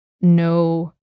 no